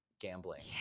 gambling